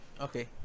Okay